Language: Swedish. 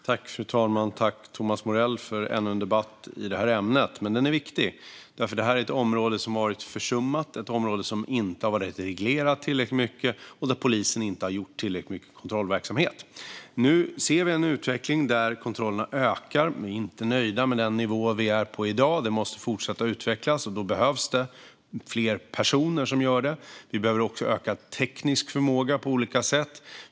Fru talman! Jag tackar Thomas Morell för ännu en debatt i detta ämne. Men den är viktig därför att detta är ett område som har varit försummat och som inte har varit reglerat tillräckligt mycket och där polisen inte har gjort tillräckligt mycket kontrollverksamhet. Nu ser vi en utveckling där kontrollerna ökar. Vi är inte nöjda med den nivå som vi är på i dag. Dessa måste fortsätta att utvecklas, och då behövs det fler personer som gör dem. Vi behöver också öka den tekniska förmågan på olika sätt.